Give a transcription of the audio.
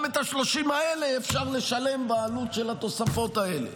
גם את ה-30 האלה אפשר לשלם בעלות של התוספות האלה,